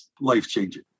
life-changing